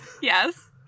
Yes